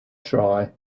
try